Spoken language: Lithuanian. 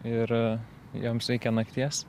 ir joms reikia nakties